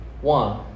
One